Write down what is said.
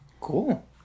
Cool